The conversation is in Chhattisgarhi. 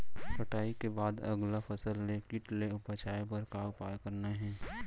कटाई के बाद अगला फसल ले किट ले बचाए बर का उपाय करना हे?